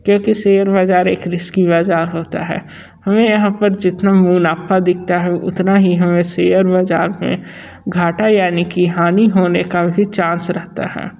क्योंकि शेयर बाज़ार एक रिस्की बाज़ार होता है हमें यहाँ पर जितना मुनाफ़ा दिखता है उतना ही हमें शेयर बाज़ार में घाटा यानि की हानि होने का भी चांस रहता है